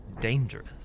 dangerous